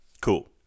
Cool